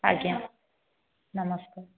ଆଜ୍ଞା ନମସ୍କାର